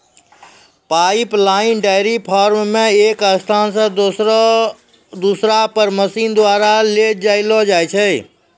pipeline dairy farm मे एक स्थान से दुसरा पर मशीन द्वारा ले जैलो जाय छै